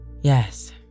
Yes